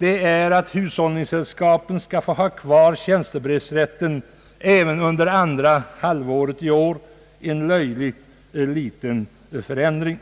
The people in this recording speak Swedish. endast att hushållningssällskapen skall få ha kvar tjänstebrevsrätten även under andra halvåret i år, en löjligt liten förändring.